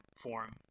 form